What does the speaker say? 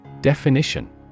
Definition